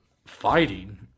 fighting